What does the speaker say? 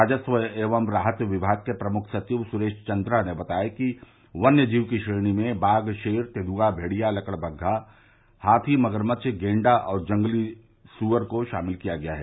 राजस्व एवं राहत विमाग के प्रमुख सविव सुरेश चन्द्रा ने बताया कि वन्य जीव की श्रेणी में बाघ शेर तेन्द्रआ भेड़िया लकड़बन्घा हाथी मगरमच्छ गेंडा और जंगली सुअर को शामिल किया गया है